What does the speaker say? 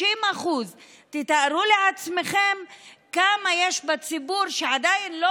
60%. תתארו לעצמכם כמה יש בציבור שעדיין לא